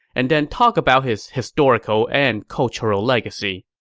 and then talk about his historical and cultural legacy.